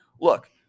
Look